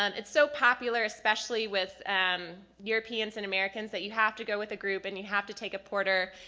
um it's so popular especially with um europeans and americans that you have to go with a group and you have to take a porter.